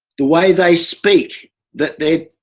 the way they speak that they.